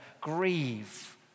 grieve